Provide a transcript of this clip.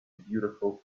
beautiful